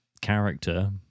character